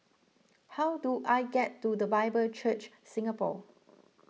how do I get to the Bible Church Singapore